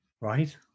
right